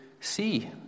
See